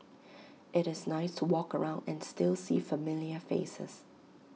IT is nice to walk around and still see familiar faces